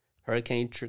Hurricane